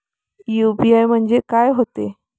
UPI म्हणजे का होते?